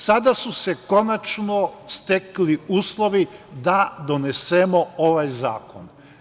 Sada su se konačno stekli uslovi da donesemo ovaj zakon.